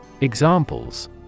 Examples